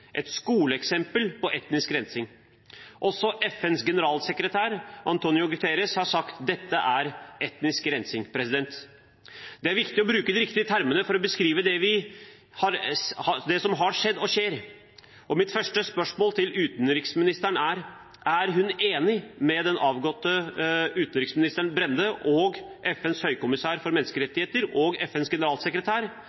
et skoleeksempel på etnisk rensing. Også FNs generalsekretær, António Guterres, har sagt at dette er etnisk rensing. Det er viktig å bruke de riktige termene for å beskrive det som har skjedd og skjer. Mitt første spørsmål til utenriksministeren er: Er hun enig med avgåtte utenriksminister Brende, FNs høykommissær for